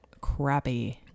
crappy